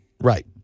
Right